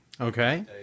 Okay